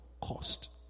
cost